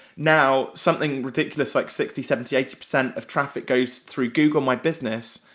now something ridiculous like sixty, seventy, eighty percent of traffic goes through google my business,